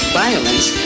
violence